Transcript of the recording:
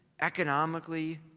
economically